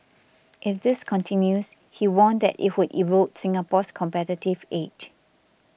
if this continues he warned that it would erode Singapore's competitive edge